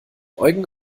eugen